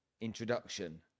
introduction